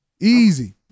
Easy